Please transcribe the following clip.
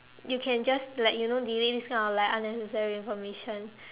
you can just like you know delete this kind of like unnecessary information